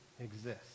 exist